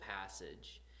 passage